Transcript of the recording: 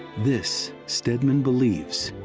this, stedman believes,